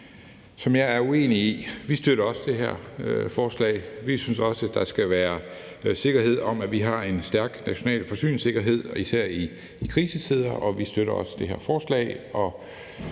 som jeg er uenig i. Vi støtter også det her forslag. Vi synes også, at der skal være sikkerhed for, at vi har en stærk national forsyningssikkerhed, især i krisetider. Vi støtter også det her forslag,